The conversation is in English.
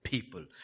People